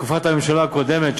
בתקופת הממשלה הקודמת,